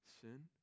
sin